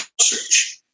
search